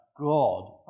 God